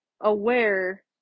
aware